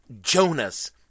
Jonas